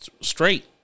straight